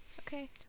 Okay